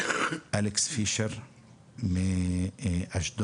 אלכס פישר מאשדוד,